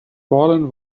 fallen